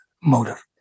motive